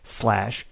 slash